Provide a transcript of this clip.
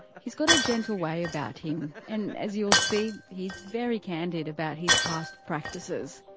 he's got a gentle way about him, and as you'll see, he's very candid about his past practices.